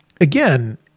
Again